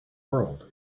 world